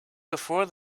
before